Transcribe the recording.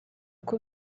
uko